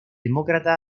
demócrata